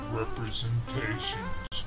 representations